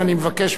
זה אסור.